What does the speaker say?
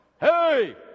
Hey